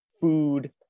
food